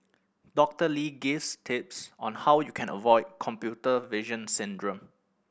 Doctor Lee gives tips on how you can avoid computer vision syndrome